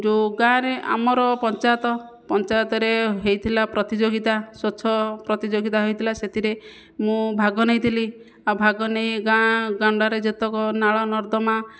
ଯେଉଁ ଗାଁରେ ଆମର ପଞ୍ଚାୟତ ପଞ୍ଚାୟତରେ ହୋଇଥିଲା ପ୍ରତିଯୋଗିତା ସ୍ୱଚ୍ଛ ପ୍ରତିଯୋଗିତା ହୋଇଥିଲା ସେଥିରେ ମୁଁ ଭାଗ ନେଇଥିଲି ଆଉ ଭାଗ ନେଇ ଗାଁ ଦାଣ୍ଡରେ ଯେତେକ ନାଳ ନର୍ଦ୍ଦମା